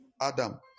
Adam